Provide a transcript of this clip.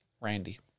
Randy